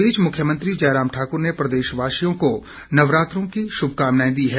इस बीच मुख्यमंत्री जयराम ठाकूर ने प्रदेशवासियों को नवरात्रों की शुभकामनाएं दी है